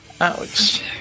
Ouch